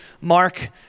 Mark